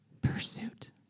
pursuit